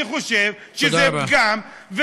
אני חושב שזה פגם, תודה רבה.